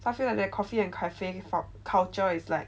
I feel like their coffee and cafe culture is like